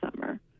summer